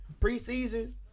preseason